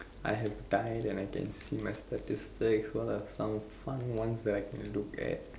I have died and I can see my statistics what are some fun ones that I can look at